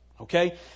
okay